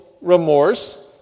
remorse